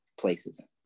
places